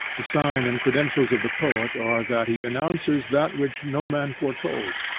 the sign and credentials of the poet are that he announces that which no man foretold.